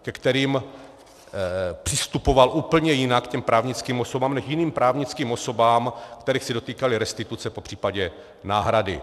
Ke kterým přistupoval úplně jinak, k těm právnickým osobám, než k jiným právnickým osobám, kterých se dotýkaly restituce, popř. náhrady.